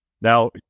Now